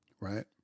right